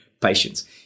patience